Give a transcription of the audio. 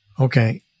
Okay